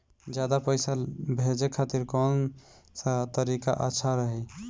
ज्यादा पईसा भेजे खातिर कौन सा तरीका अच्छा रही?